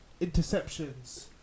interceptions